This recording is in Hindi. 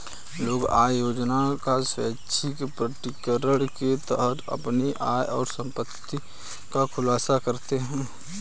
लोग आय योजना का स्वैच्छिक प्रकटीकरण के तहत अपनी आय और संपत्ति का खुलासा करते है